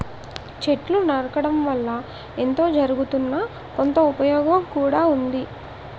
చెట్లు నరకడం వల్ల ఎంతో జరగుతున్నా, కొంత ఉపయోగం కూడా ఉంది